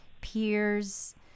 peers